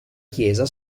chiesa